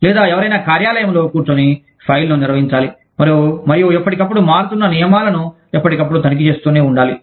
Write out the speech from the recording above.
లేదా ఎవరైనా కార్యాలయంలో కూర్చొని ఫైల్ను నిర్వహించాలి మరియు ఎప్పటికప్పుడు మారుతున్న నియమాలను ఎప్పటికప్పుడు తనిఖీ చేస్తూనే ఉండాలి